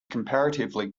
comparatively